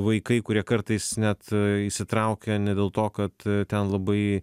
vaikai kurie kartais net įsitraukia ne dėl to kad ten labai